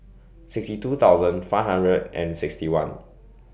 sixty two thousand five hundred and sixty one